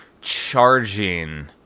charging